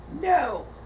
No